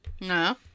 No